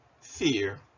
fear